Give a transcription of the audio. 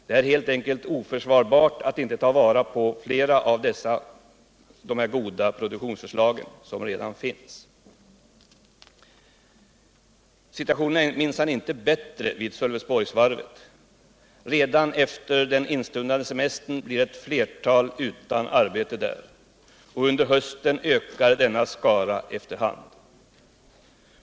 Det är helt enkelt oförsvarbart att inte ta vara på flera av de goda produktionsförslag som redan finns. Situationen är inte bättre vid Sölvesborgsvarvet. Redan efter den instundande semestern blir ett Nertal utan arbete där. Och under hösten ökar denna skara efter hand.